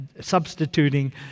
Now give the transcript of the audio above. Substituting